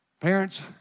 Parents